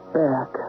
back